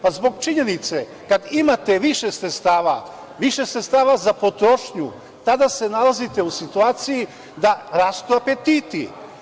Pa, zbog činjenice da kada imate više sredstava, više sredstava za potrošnju, tada se nalazite u situaciji da rastu apetiti.